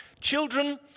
Children